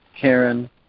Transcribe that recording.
Karen